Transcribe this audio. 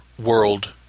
World